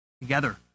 together